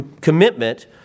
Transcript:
commitment